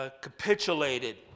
Capitulated